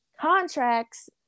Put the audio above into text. contracts